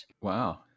Wow